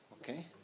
Okay